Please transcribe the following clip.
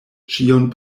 ĉion